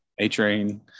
A-Train